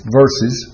verses